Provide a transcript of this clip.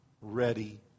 ready